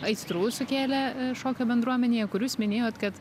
aistrų sukėlė šokio bendruomenėje kur jūs minėjot kad